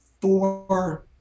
four